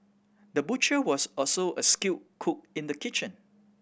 the butcher was also a skilled cook in the kitchen